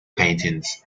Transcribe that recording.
paintings